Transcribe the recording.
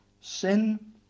sin